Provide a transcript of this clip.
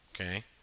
Okay